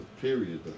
period